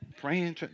Praying